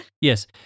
yes